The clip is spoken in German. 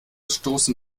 stoßen